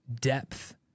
depth